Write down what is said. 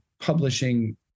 Publishing